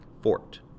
Fort